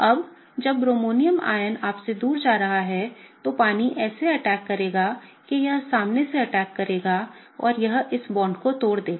अब जब bromonium ion आपसे दूर जा रहा है तो पानी ऐसे अटैक करेगा कि यह सामने से अटैक करेगा और यह इस बांड को तोड़ देगा